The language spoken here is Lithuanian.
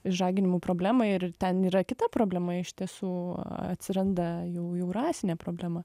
išžaginimų problemą ir ten yra kita problema iš tiesų atsiranda jau jau rasinė problema